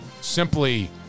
simply